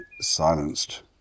silenced